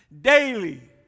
daily